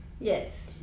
Yes